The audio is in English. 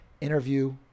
Interview